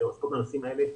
שעוסקות בנושאים האלה,